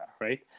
right